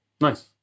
Nice